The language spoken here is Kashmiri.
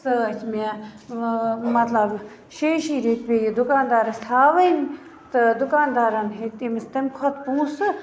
سۭتۍ مےٚ مطلب شیٚیہِ شیٚیہِ ریتۍ پاے یہِ دُکاندارس ہاوٕنۍ تہٕ دُکاندارن ہٮ۪ن أمِس تَمہِ کھۄتہٕ زیادٕ پونٛسہٕ